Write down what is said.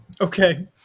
okay